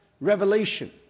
revelation